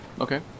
Okay